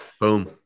Boom